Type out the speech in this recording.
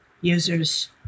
users